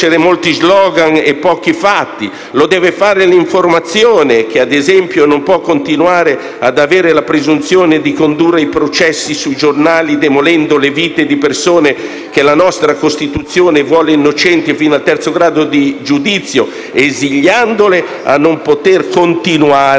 conoscere molti *slogan* e pochi fatti; l'informazione, che ad esempio non può continuare ad avere la presunzione di condurre i processi sui giornali, demolendo le vite di persone che la nostra Costituzione vuole innocenti fino al terzo grado di giudizio, esiliandole a non poter continuare